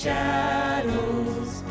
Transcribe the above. Shadows